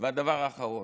והדבר האחרון: